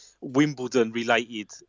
Wimbledon-related